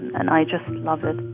and i just love it